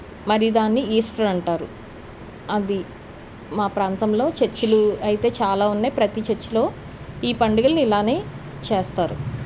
మరి దాన్ని ఈస్టర్ అంటారు అది మా ప్రాంతంలో చర్చ్లు అయితే చాలా ఉన్నాయ్ ప్రతీ చర్చ్లో ఈ పండుగలు ఇలానే చేస్తారు